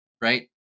right